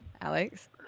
Alex